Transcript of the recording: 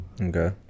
Okay